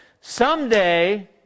Someday